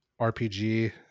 rpg